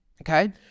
okay